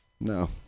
No